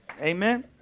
Amen